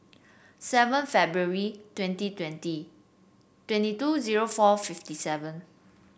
seven February twenty twenty twenty two zero four fifty seven